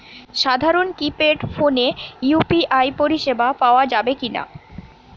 সাধারণ কিপেড ফোনে ইউ.পি.আই পরিসেবা পাওয়া যাবে কিনা?